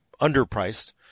underpriced